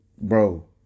bro